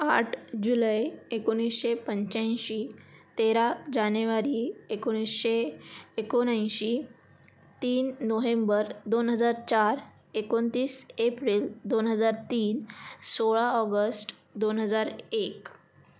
आठ जुलै एकोणिसशे पंच्याऐंशी तेरा जानेवारी एकोणिसशे एकोणऐंशी तीन नोहेंबर दोन हजार चार एकोणतीस एप्रिल दोन हजार तीन सोळा ऑगस्ट दोन हजार एक